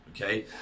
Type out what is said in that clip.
okay